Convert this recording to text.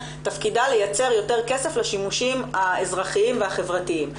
תפקידה לייצר יותר כסף לשימושים האזרחיים והחברתיים.